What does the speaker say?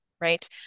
right